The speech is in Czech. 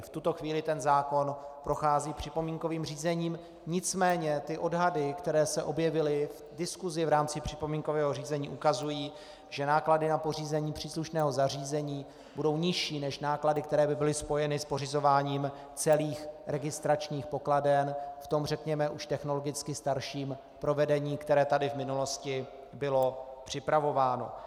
V tuto chvíli zákon prochází připomínkovým řízením, nicméně odhady, které se objevily v diskusi v rámci připomínkového řízení, ukazují, že náklady na pořízení příslušného zařízení budou nižší než náklady, které by byly spojeny s pořizováním celých registračních pokladen v tom řekněme už technologicky starším provedení, které tady v minulosti bylo připravováno.